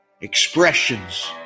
expressions